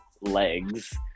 legs